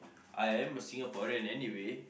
I am a Singaporean anyway